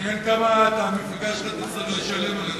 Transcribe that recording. מעניין כמה המפלגה שלך תצטרך לשלם על זה,